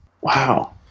Wow